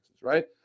Right